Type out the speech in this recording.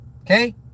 okay